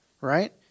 Right